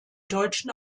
deutschen